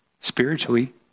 spiritually